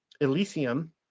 Elysium